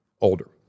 older